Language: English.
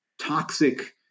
toxic